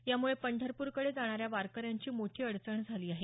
यामुळे पंढरपूरकडे जाणाऱ्या वारकऱ्यांची मोठी अडचण झाली आहे